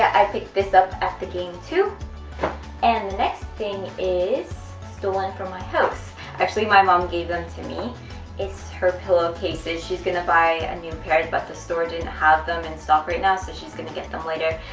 i picked this up at the game too and the next thing is stolen from my house actually my mom gave them to me it's her pillow cases, she's going to buy a new pair but the store didn't have them in stock right now so she's going to get them later